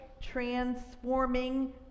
transforming